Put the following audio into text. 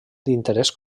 d’interès